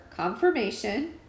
Confirmation